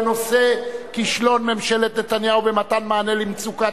בנושא: כישלון ממשלת נתניהו במתן מענה למצוקת